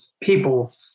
people